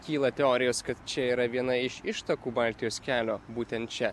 kyla teorijos kad čia yra viena iš ištakų baltijos kelio būtent čia